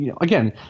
again